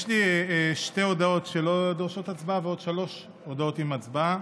יש לי שתי הודעות שלא דורשות הצבעה ועוד שלוש הודעות עם הצבעה.